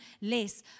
less